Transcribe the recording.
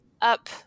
up